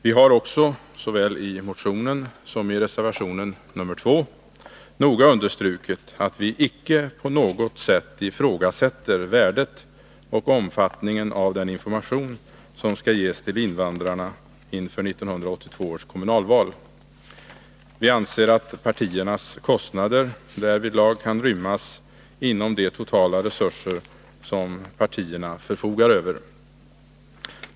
Vi har också — såväl i motionen som i reservationen nr 2 — noga understrukit att vi icke på något sätt ifrågasätter värdet och omfattningen av den information som skall ges till invandrarna inför 1982 års kommunalval. Vi anser att partiernas kostnader därvidlag kan rymmas inom de totala resurser som partierna förfogar över.